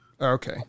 Okay